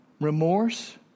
remorse